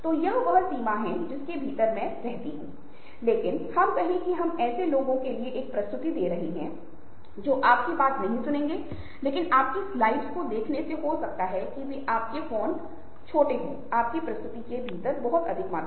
तो यह एक ऐसी चीज है जिसे मैं यहां प्रदान नहीं कर सकता लेकिन यह कुछ ऐसी दिशा है जिसमें मैं आपकी रुचि को विकसित कर सकता हूं ताकि आप इसे भविष्य में आगे बढ़ा सकें